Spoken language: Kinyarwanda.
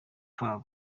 club